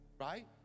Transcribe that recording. right